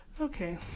Okay